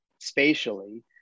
spatially